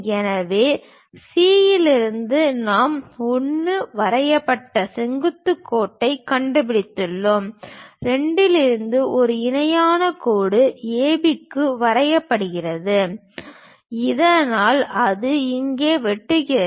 எனவே C இலிருந்து நாம் 1 வரையப்பட்ட செங்குத்து கோட்டைக் கண்டுபிடித்துள்ளோம் 2 லிருந்து ஒரு இணையான கோடு A B க்குச் வரையப்படுகிறது இதனால் அது இங்கே வெட்டுகிறது